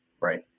Right